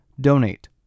donate